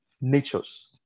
natures